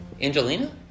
angelina